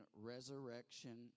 resurrection